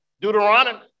Deuteronomy